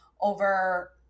over